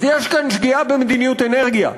אז יש כאן שגיאה במדיניות אנרגיה,